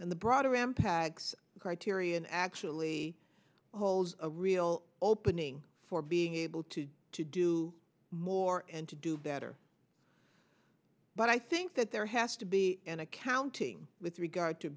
and the broader am pags criterion actually holds a real opening for being able to do to do more and to do better but i think that there has to be an accounting with regard to